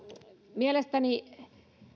mielestäni